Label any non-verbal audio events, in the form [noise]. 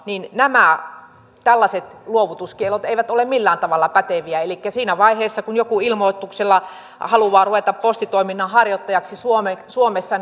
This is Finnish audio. niin nämä tällaiset luovutuskiellot eivät ole millään tavalla päteviä elikkä siinä vaiheessa kun joku ilmoituksella haluaa ruveta postitoiminnan harjoittajaksi suomessa [unintelligible]